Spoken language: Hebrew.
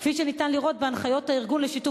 כפי שניתן לראות בהנחיות הארגון לשיתוף